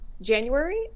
January